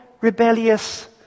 rebellious